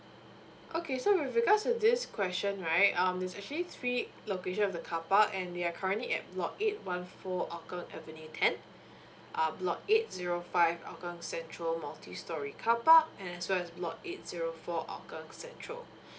okay so with regards to this question right um there's actually three location of the carpark and they're currently at block eight one four hougang avenue ten uh block eight zero five hougang central multi storey carpark and as well as block eight zero four hougang central